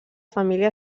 família